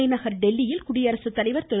தலைநகர் டெல்லியில் குடியரசுத்தலைவர் திரு